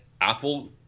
Apple